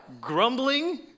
grumbling